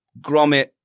grommet